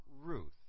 Ruth